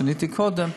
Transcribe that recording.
שעניתי קודם,